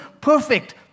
perfect